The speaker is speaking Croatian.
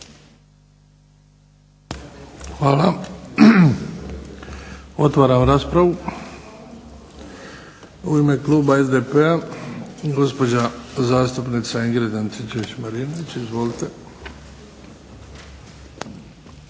Hvala. Otvaram raspravu. U ime kluba SDP-a gospođa zastupnica Ingrid Antičević Marinović. Izvolite.